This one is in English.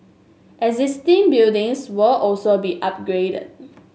existing buildings will also be upgraded